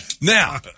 Now